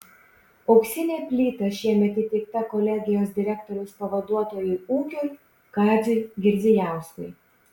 auksinė plyta šiemet įteikta kolegijos direktoriaus pavaduotojui ūkiui kaziui girdzijauskui